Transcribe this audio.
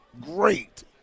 great